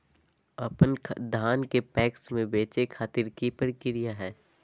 अपन धान के पैक्स मैं बेचे खातिर की प्रक्रिया हय?